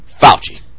Fauci